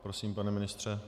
Prosím, pane ministře.